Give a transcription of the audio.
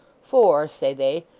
for, say they,